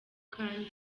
kandi